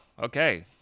Okay